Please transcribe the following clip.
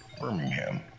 Birmingham